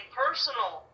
personal